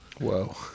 Whoa